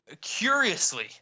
curiously